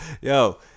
Yo